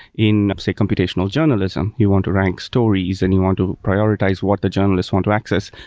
in, say, computational journalism, you want to rank stories and you want to prioritize what the journalist want to access.